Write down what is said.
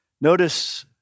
Notice